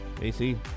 AC